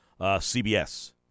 CBS